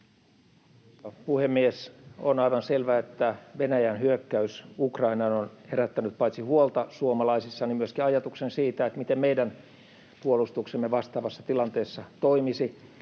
puhemies! On aivan selvä, että Venäjän hyökkäys Ukrainaan on herättänyt paitsi huolta suomalaisissa myöskin ajatuksen siitä, miten meidän puolustuksemme vastaavassa tilanteessa toimisi,